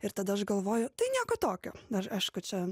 ir tada aš galvoju tai nieko tokio dar aišku čia